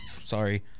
Sorry